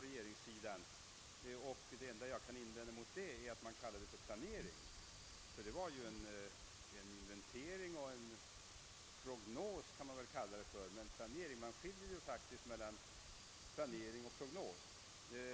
regeringens initiativ. Det enda jag vill invända mot härvidlag är att man kallat det för »planering». Det är ju fråga om inventering och prognos, och man brukar ju faktiskt skilja mellan planering och prognos. Ordets makt över tanken är litet farlig.